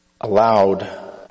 allowed